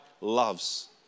loves